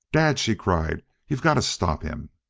dad, she cried, you got to stop him!